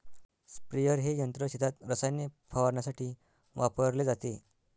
sprayer हे यंत्र शेतात रसायने फवारण्यासाठी वापरले जाते